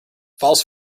false